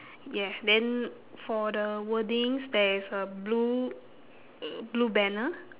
ya then for the wordings there is a blue uh blue banner